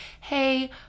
hey